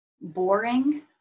boring